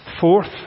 fourth